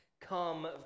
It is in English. come